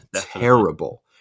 terrible